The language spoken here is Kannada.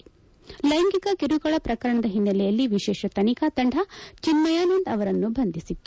ಲ್ಲೆಂಗಿಕ ಕಿರುಕುಳ ಪ್ರಕರಣದ ಹಿನ್ನೆಲೆಯಲ್ಲಿ ವಿಶೇಷ ತನಿಖಾ ತಂಡ ಚಿನ್ನಾಯಾನಂದ್ ಅವರನ್ನು ಬಂಧಿಸಿತ್ತು